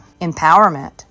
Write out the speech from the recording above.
Empowerment